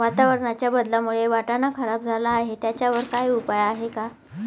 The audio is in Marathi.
वातावरणाच्या बदलामुळे वाटाणा खराब झाला आहे त्याच्यावर काय उपाय आहे का?